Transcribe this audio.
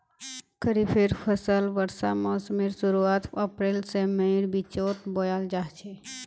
खरिफेर फसल वर्षा मोसमेर शुरुआत अप्रैल से मईर बिचोत बोया जाछे